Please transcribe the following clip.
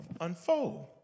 unfold